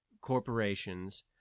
corporations